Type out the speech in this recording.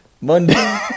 Monday